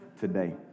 today